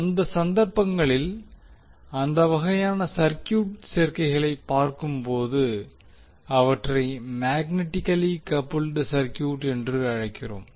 அந்த சந்தர்ப்பங்களில் அந்த வகையான சர்க்யூட் சேர்க்கைகளைப் பார்க்கும்போது அவற்றை மேக்னட்டிகலி கப்புல்ட் சர்க்யூட் என்று அழைக்கிறோம்